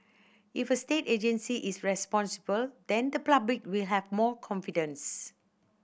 if a state agency is responsible then the public will have more confidence